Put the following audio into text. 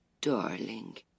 Darling